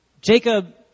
Jacob